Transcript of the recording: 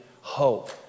hope